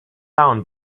down